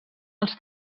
els